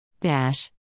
Dash